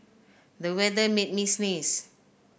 the weather made me sneeze